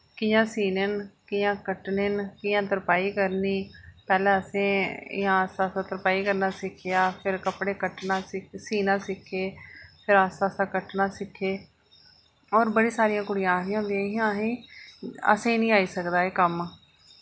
कि'यां सीने न कि'यां कट्टने न कि'यां तरपाई करनी पैह्लें असें इयां आस्तै आस्तै तरपाई करना सिक्खेआ फिर कपड़े कट्टना सिक्खे सीना सिक्खे फिर आस्तै आस्तै कट्टना सिक्खे और बड़ी सारियां कुड़ियां आखदियां होंदियां हियां असें ई असें निं आई सकदा एह् कम्म